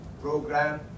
program